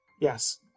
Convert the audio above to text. Yes